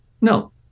no